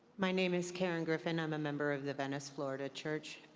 my name is karen griffin. i'm a member of the venice, florida, church.